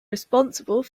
responsible